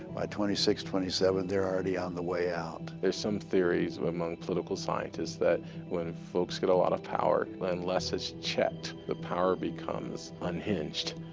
by twenty six, twenty seven, they're already on the way out. there's some theories among political scientists that when folks get a lot of power, unless it's checked, the power becomes unhinged.